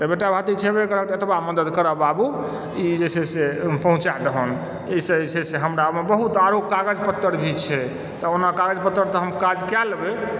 तऽ बेटा भातिज छबय करह तऽ एतबा मदद करह बाबु ई जे छै से पहुँचा दहुन एहिसँ जे छै हमरा ओहिमे आरो बहुत कागज पत्तर भी छै तऽ हमरा कागज पत्तर तऽ ओना हम काज कए लेबए